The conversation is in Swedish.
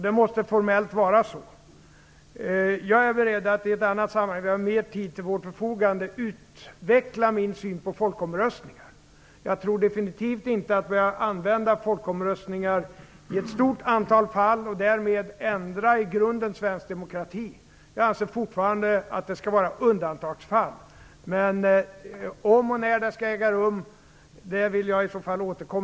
Det måste formellt vara så. Jag är beredd att i ett annat sammanhang, när vi har mer tid till vårt förfogande, utveckla min syn på folkomröstningar. Jag tror definitivt inte att vi skall använda folkomröstningar i ett stort antal fall och därmed i grunden ändra svensk demokrati. Jag anser fortfarande att det skall ske i undantagsfall. Jag vill gärna återkomma till om och när de skall äga rum.